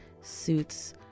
suits